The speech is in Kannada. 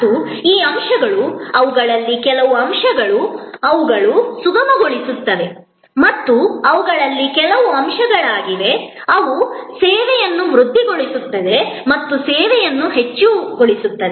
ಮತ್ತು ಈ ಅಂಶಗಳು ಅವುಗಳಲ್ಲಿ ಕೆಲವು ಅಂಶಗಳು ಅವುಗಳು ಸುಗಮಗೊಳಿಸುತ್ತವೆ ಮತ್ತು ಅವುಗಳಲ್ಲಿ ಕೆಲವು ಅಂಶಗಳಾಗಿವೆ ಅವು ಸೇವೆಯನ್ನು ವೃದ್ಧಿಸುತ್ತವೆ ಅಥವಾ ಸೇವೆಯನ್ನು ಹೆಚ್ಚಿಸುತ್ತವೆ